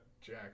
Jack